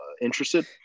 interested